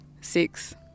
Six